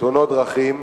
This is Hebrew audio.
ותאונות דרכים,